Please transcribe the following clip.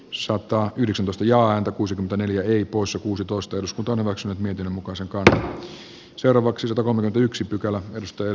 sotaa yhdysedustajaa kuusikymmentäneljä y poissa elsi katainen on timo korhosen kannattamana ehdottanut että pykälä poistetaan